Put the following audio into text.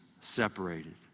separated